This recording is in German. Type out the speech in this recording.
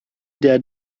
der